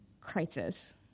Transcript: crisis